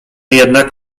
jednak